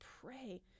pray